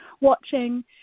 watching